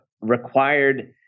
required